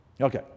Okay